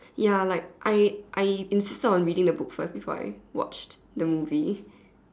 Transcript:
ya like I I insisted on reading the book first before I watch the movie